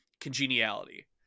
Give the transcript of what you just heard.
congeniality